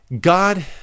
God